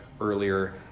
earlier